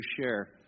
share